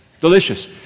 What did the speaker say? Delicious